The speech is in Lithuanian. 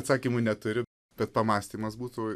atsakymų neturiu bet pamąstymas būtų